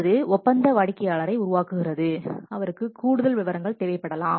அது ஒப்பந்த வாடிக்கையாளரை உருவாக்குகிறது அவருக்கு கூடுதல் விவரங்கள் தேவைப்படலாம்